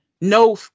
No